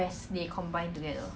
they always last place ah